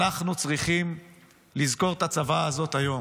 אנחנו צריכים לזכור את הצוואה הזאת היום.